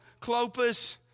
Clopas